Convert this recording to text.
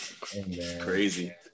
Crazy